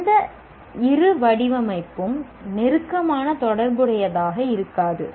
எந்த இரு வடிவமைப்பும் நெருக்கமான தொடர்புடையதாக இருக்காது